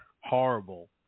horrible